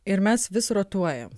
ir mes vis rotuojam